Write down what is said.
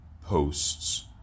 posts